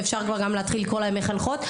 ואפשר כבר להתחיל לקרוא להן מחנכות,